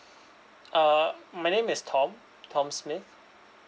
uh my name is tom tom smith